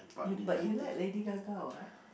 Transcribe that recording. you but you like Lady-Gaga what